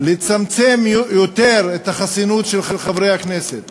לצמצם יותר את החסינות של חברי הכנסת